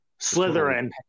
Slytherin